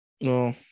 No